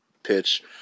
pitch